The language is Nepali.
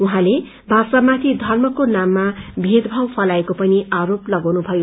उहाँले भाजपामाथि धर्मको नाममा भेदभाव फैताएको पनि आरोप तगाउनुभयो